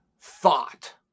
thought